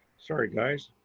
sorry guys,